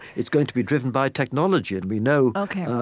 it's going to be driven by technology and we know, ok,